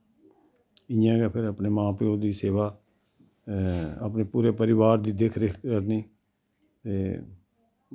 इयां गै फिर अपने मां प्यो दी सेवा अपने पूरे परिवार दी देख रेख करनी ते